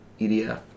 edf